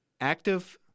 active